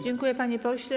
Dziękuję, panie pośle.